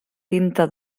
tinta